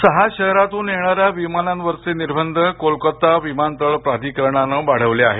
सहा शहरातून येणा या विमानांवरचे निर्बंध कोलकाता विमानतळ प्राधिकारणाने वाढवले आहेत